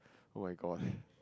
oh-my-god